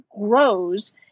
grows